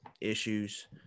issues